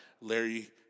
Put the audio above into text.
Larry